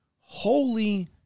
Holy